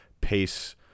pace